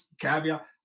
caveat